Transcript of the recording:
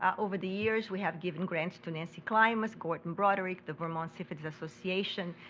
over the years, we have given grants to nancy klimas, gordon broderick, the vermont cfids association,